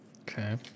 Okay